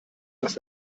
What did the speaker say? dass